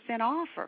offer